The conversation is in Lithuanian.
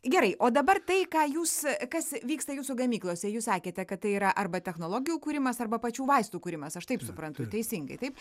gerai o dabar tai ką jūs kas vyksta jūsų gamyklose jūs sakėte kad tai yra arba technologijų kūrimas arba pačių vaistų kūrimas aš taip suprantu teisingai taip